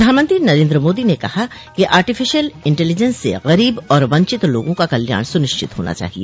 प्रधानमंत्री नरेन्द्र मोदी ने कहा कि आर्टीफीशियल इंटेलिजेंस से गरीब और वंचित लोगों का कल्याण सुनिश्चित होना चाहिए